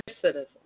citizens